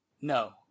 No